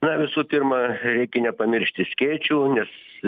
na visų pirma reikia nepamiršti skėčių nes